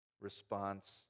response